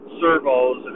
servos